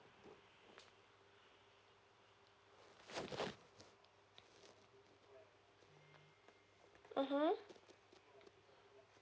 mmhmm